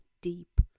deep